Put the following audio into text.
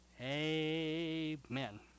Amen